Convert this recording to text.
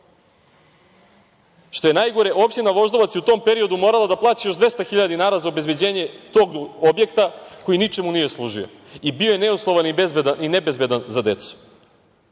Što je najgore, opština Voždovac je u tom periodu morala da plaća još 200 hiljada dinara za obezbeđenje tog objekta koji ničemu nije služio i bio je neuslovan i nebezbedan za decu.